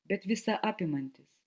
bet visa apimantis